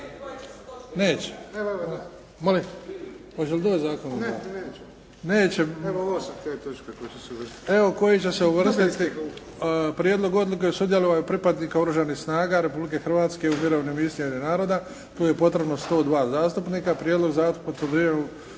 čuje./… Evo koje će uvrstiti. Prijedlog odluke o sudjelovanju pripadnika Oružanih snaga Republike Hrvatske u mirovnim misijama Ujedinjenih naroda, tu je potrebno 102 zastupnika, Prijedlog zakona o